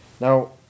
Now